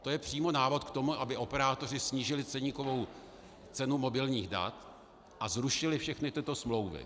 To je přímo návod k tomu, aby operátoři snížili ceníkovou cenu mobilních dat a zrušili všechny tyto smlouvy.